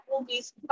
movies